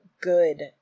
good